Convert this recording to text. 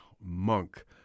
Monk